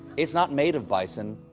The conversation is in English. it's not made of bison.